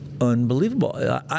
unbelievable